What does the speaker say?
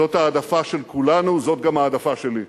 זו העדפה של כולנו, זאת גם ההעדפה שלי.